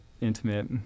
intimate